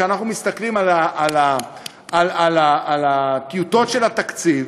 כשאנחנו מסתכלים על הטיוטות של התקציב,